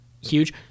huge